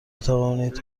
بتوانید